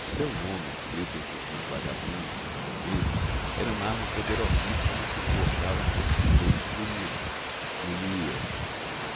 o seu nome escrito entre os dos vagabundos e ratoneiros era uma arma poderosíssima que forjava contra os rigores de zulmira dir ihe ia